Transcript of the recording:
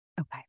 Okay